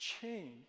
change